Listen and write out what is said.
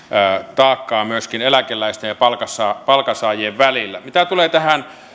taakkaa myöskin eläkeläisten ja palkansaajien välillä mitä tulee